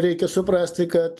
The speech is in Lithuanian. reikia suprasti kad